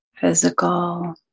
physical